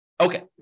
Okay